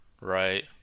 right